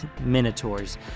minotaurs